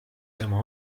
tema